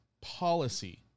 policy